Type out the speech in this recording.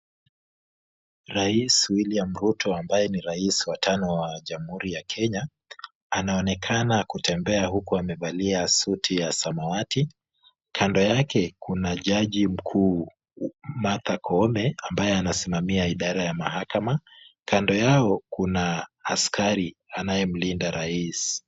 Rais William Ruto ambaye ni rais wa tano wa Jamhuri ya Kenya, anaonekana kutembea huku amevalia suti ya samawati. Kando yake kuna jaji mkuu Martha Koome, ambaye anasimamia idara ya mahakama. Kando yao kuna askari ambaye anamlinda rais.